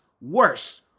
worse